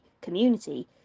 community